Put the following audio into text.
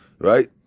right